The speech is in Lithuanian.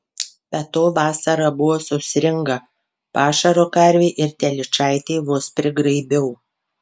be to vasara buvo sausringa pašaro karvei ir telyčaitei vos prigraibiau